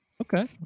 Okay